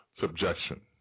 subjection